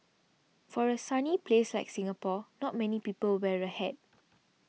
for a sunny place like Singapore not many people wear a hat